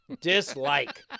Dislike